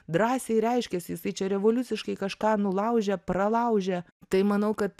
drąsiai reiškiasi jisai čia revoliuciškai kažką nulaužė pralaužė tai manau kad